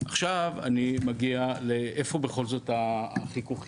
עכשיו אני מגיע לאיפה בכל זאת החיכוכים,